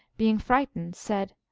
being frightened, said,